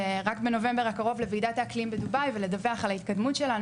רק בנובמבר הקרוב לוועידת האקלים בדובאי ולדווח על ההתקדמות שלנו,